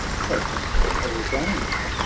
so fate ordains,